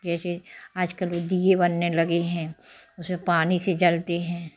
जैसे आज कल ये दीएँ बनने लगे हैं उस में पानी से जलते हैं